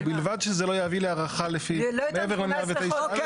מלבד שזה לא יביא להערכה מעבר ל-109א.